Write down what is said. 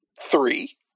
three